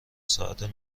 ساعت